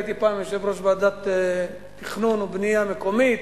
הייתי פעם יושב-ראש ועדת תכנון ובנייה מקומית.